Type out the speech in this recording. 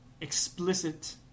explicit